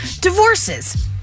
Divorces